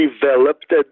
developed